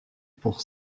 pour